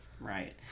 right